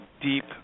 deep